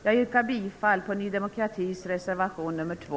Jag yrkar bifall till Ny demokratis reservation nr 2.